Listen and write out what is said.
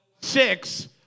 Six